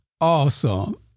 awesome